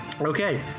Okay